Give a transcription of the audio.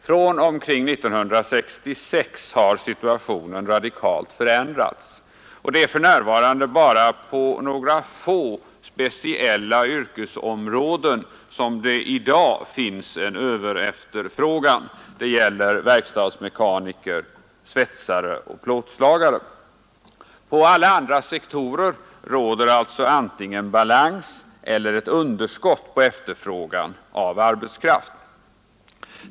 Från omkring 1966 har situationen radikalt förändrats, och det är bara på några få speciella yrkesområden som det i dag finns en överefterfrågan — det gäller verkstadsmekaniker, svetsare och plåtslagare. På alla andra sektorer råder antingen balans eller ett underskott på efterfrågan av arbetskraft.